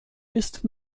ist